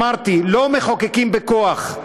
אמרתי, לא מחוקקים בכוח.